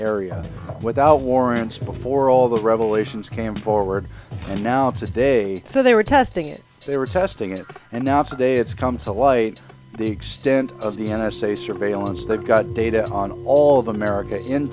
area without warrants before all the revelations came forward and now it's this day so they were testing it they were testing it and now today it's come to light the extent of the n s a surveillance they've got data on all of america in